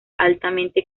altamente